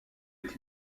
est